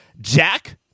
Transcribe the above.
Jack